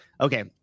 Okay